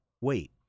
Wait